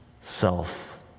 self